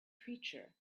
creature